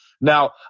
Now